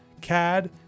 CAD